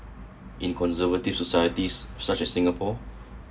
in conservative societies such as singapore